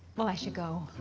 well, i should go.